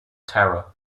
terror